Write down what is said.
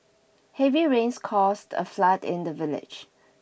heavy rains caused a flood in the village